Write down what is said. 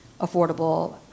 affordable